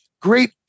great